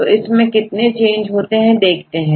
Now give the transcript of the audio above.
तो इसमें कितने चेंज होते हैं देखते हैं